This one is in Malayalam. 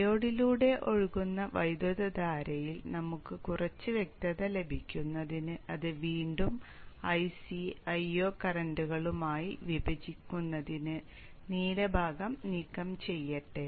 ഡയോഡിലൂടെ ഒഴുകുന്ന വൈദ്യുതധാരയിൽ നമുക്ക് കുറച്ച് വ്യക്തത ലഭിക്കുന്നതിന് അത് വീണ്ടും Ic Io കറന്റുകളായി വിഭജിക്കുന്നതിന് നീല ഭാഗം നീക്കം ചെയ്യട്ടെ